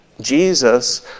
Jesus